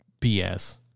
BS